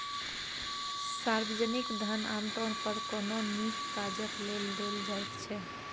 सार्वजनिक धन आमतौर पर कोनो नीक काजक लेल देल जाइत छै